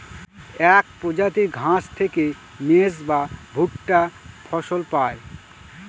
এক প্রজাতির ঘাস থেকে মেজ বা ভুট্টা ফসল পায়